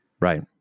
Right